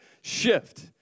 shift